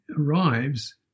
arrives